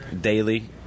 Daily